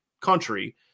country